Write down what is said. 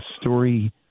story